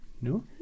No